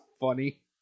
funny